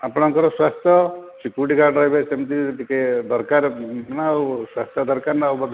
ଆପଣଙ୍କର ସ୍ୱାସ୍ଥ୍ୟ security guard ରହିବେ ସେମିତି ଟିକେ ଦରକାର ନା ଆଉ ସ୍ୱାସ୍ଥ୍ୟ ଦରକାର ନା ଆଉ